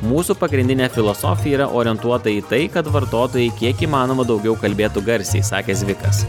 mūsų pagrindinė filosofija yra orientuota į tai kad vartotojai kiek įmanoma daugiau kalbėtų garsiai sakė zvikas